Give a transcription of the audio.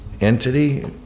Entity